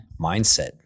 mindset